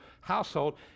household